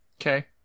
Okay